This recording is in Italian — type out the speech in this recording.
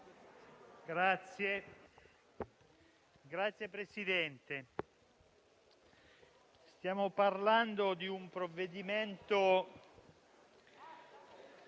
Signor Presidente, stiamo parlando di un provvedimento